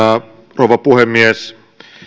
rouva puhemies